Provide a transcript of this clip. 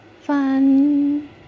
fun